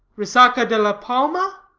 resaca de la palma?